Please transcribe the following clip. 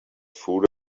food